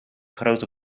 grote